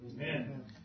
Amen